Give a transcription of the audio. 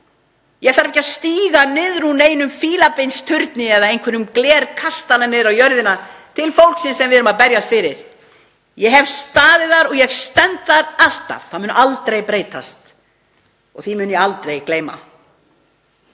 Ég þarf ekki að stíga niður úr fílabeinsturni eða glerkastala niður á jörðina til fólksins sem við erum að berjast fyrir. Ég hef staðið þar og ég stend þar alltaf, það mun aldrei breytast og því mun ég aldrei gleyma.